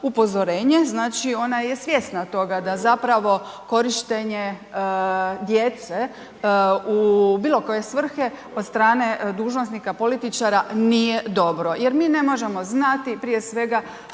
upozorenje, znači, ona je svjesna toga da zapravo korištenje djece u bilo koje svrhe od strane dužnosnika, političara, nije dobro jer mi ne možemo znati prije svega